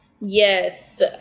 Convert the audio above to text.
Yes